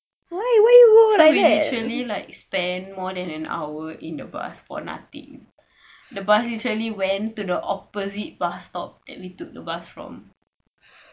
so we literally like spend more than an hour in the bus for nothing the bus literally went to the opposite bus stop that we took the bus from